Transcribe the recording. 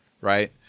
right